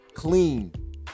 Clean